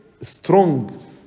strong